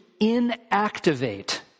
inactivate